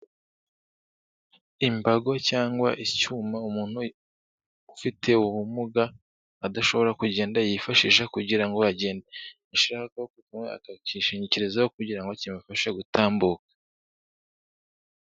Imbago cyangwa icyuma umuntu ufite ubumuga adashobora kugenda yifashisha kugira ngo agende, iyo ashaka kugwa akishingikirizaho kugira ngo kimufashe gutambuka.